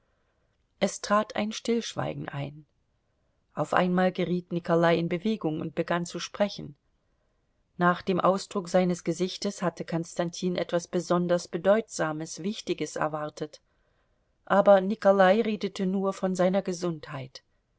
es trat ein stillschweigen ein auf einmal geriet nikolai in bewegung und begann zu sprechen nach dem ausdruck seines gesichtes hatte konstantin etwas besonders bedeutsames wichtiges erwartet aber nikolai redete nur von seiner gesundheit